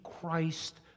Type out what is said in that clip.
Christ